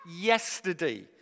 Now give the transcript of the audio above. yesterday